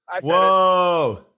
Whoa